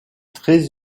très